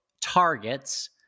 targets